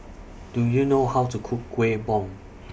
Do YOU know How to Cook Kueh Bom